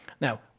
Now